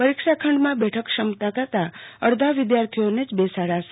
પરીક્ષા ખંડમાં બેઠક ક્ષમતા કરતા અર્ધા વિધાર્થીઓને જ બેસાડાશે